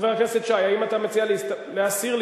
האם אתה מציע להסיר,